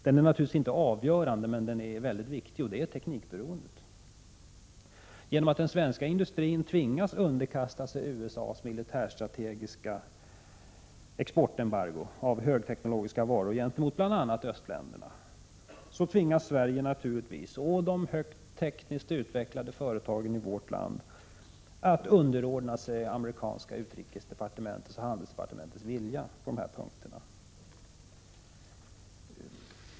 Det är naturligtvis inte avgörande, men det är väldigt viktigt. Genom att den svenska industrin tvingas underkasta sig USA:s militärstrategiskt betingade exportembargo av högteknologiska varor gentemot bl.a. östländerna, tvingas naturligtvis Sverige och de högst tekniskt utvecklade företagen i vårt land att underordna sig det amerikanska utrikesdepartementets och handelsdepartementets vilja på dessa områden.